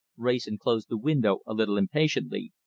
wrayson closed the window a little impatiently,